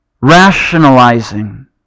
Rationalizing